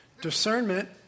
discernment